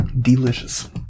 Delicious